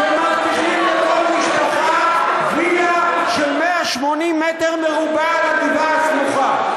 ומבטיחים לכל משפחה וילה של 180 מטר מרובע על גבעה סמוכה.